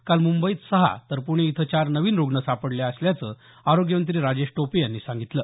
काल मुंबईत सहा तर पूणे इथं चार नवीन रूग्ण सापडले असल्याचं आरोग्यमंत्री राजेश टोपे यांनी सांगितलं